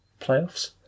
playoffs